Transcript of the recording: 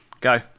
go